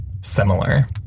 similar